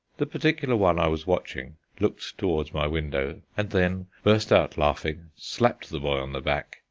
the particular one i was watching looked towards my window and then burst out laughing, slapped the boy on the back,